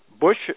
Bush